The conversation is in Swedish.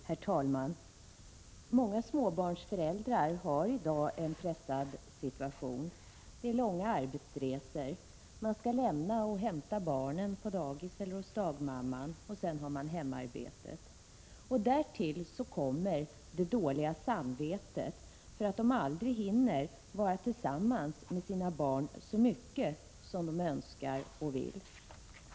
Herr talman! Många småbarnsföräldrar har i dag en pressad situation. Det är långa arbetsresor, man skall lämna och hämta barnen på dagis eller hos dagmamman, och sedan har man hemarbetet. Därtill kommer det dåliga samvetet för att man aldrig hinner vara tillsammans med sina barn så mycket som man önskar och vill.